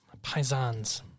Paisans